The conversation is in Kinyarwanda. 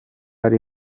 ari